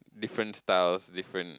different styles different